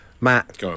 Matt